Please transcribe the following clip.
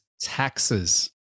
taxes